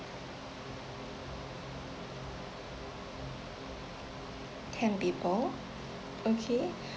ten people okay